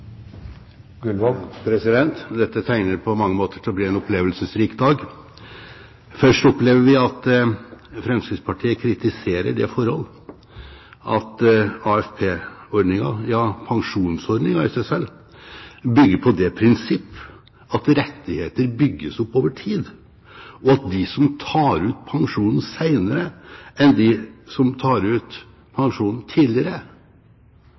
Dette tegner på mange måter til å bli en opplevelsesrik dag. Først opplever vi at Fremskrittspartiet kritiserer det forhold at AFP-ordningen – ja, pensjonsordningen i seg selv – bygger på det prinsipp at rettigheter bygges opp over tid, og at de som tar ut pensjonen senere enn de som tar ut pensjonen tidligere,